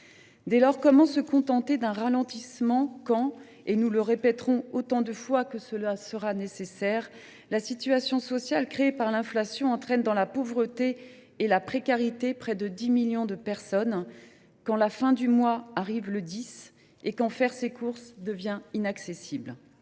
dès lors, se contenter d’un ralentissement quand, et nous le répéterons autant de fois qu’il le sera nécessaire, la situation sociale créée par l’inflation entraîne dans la pauvreté et la précarité près de 10 millions de personnes, quand la fin du mois arrive le 10, et quand faire ses courses devient un luxe inaccessible ?